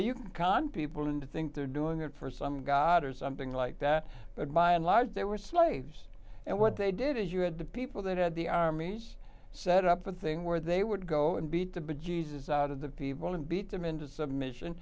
you can people and think they're doing it for some god or something like that but by and large there were slaves and what they did is you had the people that had the armies set up a thing where they would go and beat the bejesus out of the people and beat them into submission